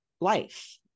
life